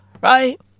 Right